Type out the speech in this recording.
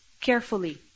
carefully